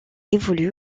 évolue